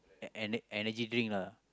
e~ e~ energy drink lah